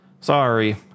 Sorry